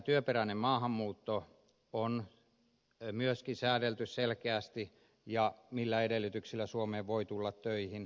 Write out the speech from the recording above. työperäinen maahanmuutto on myöskin säädelty selkeästi ja millä edellytyksillä suomeen voi tulla töihin